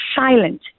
silent